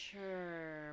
Sure